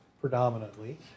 predominantly